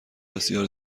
بسیار